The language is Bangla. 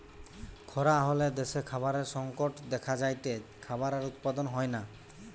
খরা হলে দ্যাশে খাবারের সংকট দেখা যায়টে, খাবার আর উৎপাদন হয়না